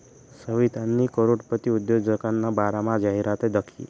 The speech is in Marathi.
सवितानी करोडपती उद्योजकना बारामा जाहिरात दखी